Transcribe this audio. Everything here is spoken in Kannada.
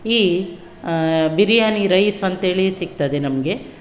ಈ ಬಿರಿಯಾನಿ ರೈಸ್ ಅಂತೇಳಿ ಸಿಕ್ತದೆ ನಮಗೆ